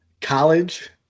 college